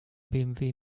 bmw